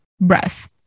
breath